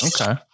Okay